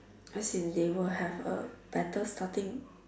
as in they will have a better starting